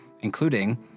including